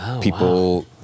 people